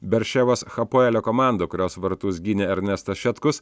berševos hapoelio komanda kurios vartus gynė ernestas šetkus